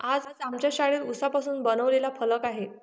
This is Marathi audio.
आज आमच्या शाळेत उसापासून बनवलेला फलक आहे